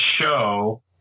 show